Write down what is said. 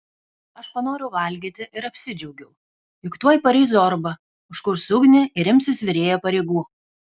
aš panorau valgyti ir apsidžiaugiau juk tuoj pareis zorba užkurs ugnį ir imsis virėjo pareigų